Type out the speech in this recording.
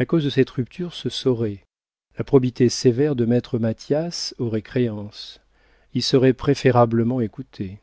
la cause de cette rupture se saurait la probité sévère de maître mathias aurait créance il serait préférablement écouté